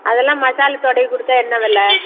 அதெல்லாம் மசாலா தடவிக்கொடுத்தா என்ன வில